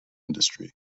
industry